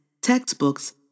textbooks